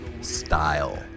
Style